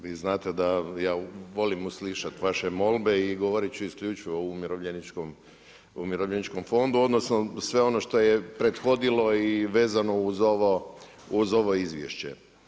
Vi znate da ja volim uslišat vaše molbe i govoriti ću isključivo o Umirovljeničkom fondu, odnosno sve ono što je prethodilo i vezano uz ovo Izvješće.